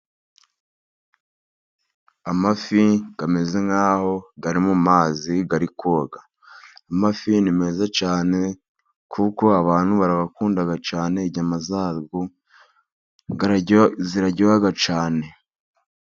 Amafi ameze nk'aho ari mu mazi ari koga. Amafi ni meza cyane kuko abantu barabayakunda cyane. Inyama zayo ziraryoha cyane.